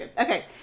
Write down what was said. Okay